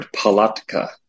Palatka